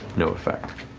no effect.